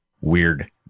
weird